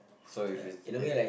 so if it's it